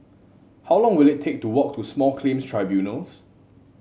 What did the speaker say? how long will it take to walk to Small Claims Tribunals